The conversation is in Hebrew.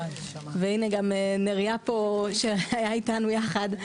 גם נריה פה שהיה איתנו יחד.